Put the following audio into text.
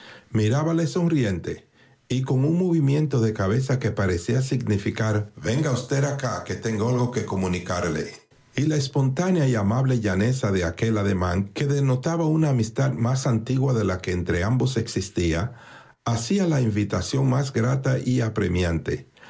mirábala sonriente y con un movimiento de cabeza que parecía significar venga usted acá que tengo algo que comunicarle y la espontánea y amable llaneza de aquel ademán que denotaba una amistad más antigua de la que entre ambos existía hacía la invitación más grata y apremiante